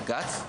בג"ץ,